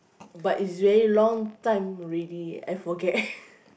but is very long time already I forget